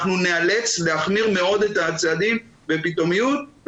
ניאלץ להחמיר מאוד את הצעדים בפתאומיות.